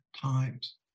times